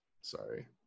Sorry